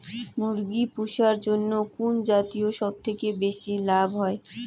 মুরগি পুষার জন্য কুন জাতীয় সবথেকে বেশি লাভ হয়?